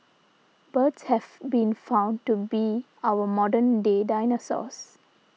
birds have been found to be our modern day dinosaurs